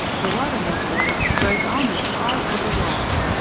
the water-milfoil grows almost all under water.